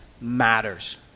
matters